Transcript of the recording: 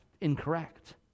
incorrect